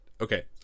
okay